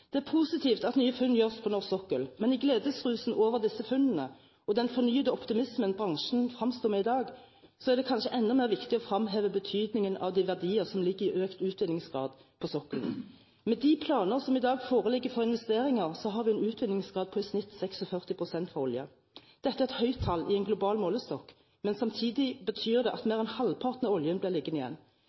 Det er positivt at nye funn gjøres på norsk sokkel, men i gledesrusen over disse funnene og den fornyede optimismen bransjen fremstår med i dag, er det kanskje enda viktigere å fremheve betydningen av de verdier som ligger i økt utvinningsgrad på sokkelen. Med de planer som i dag foreligger for investeringer, har vi en utvinningsgrad på i snitt 46 pst. for olje. Dette er et høyt tall i en global målestokk, men samtidig betyr det at mer enn halvparten av oljen blir liggende igjen.